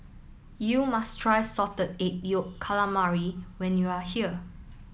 you must try Salted Egg Yolk Calamari when you are here